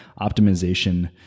optimization